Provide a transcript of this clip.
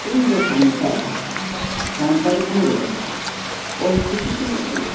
ᱤᱧ ᱫᱚ ᱥᱟᱱᱛᱟᱲ ᱥᱟᱱᱛᱟᱲᱤ ᱛᱮᱧ ᱨᱚᱲᱟ ᱚᱞ ᱪᱤᱠᱤᱛᱮᱧ ᱚᱞᱟ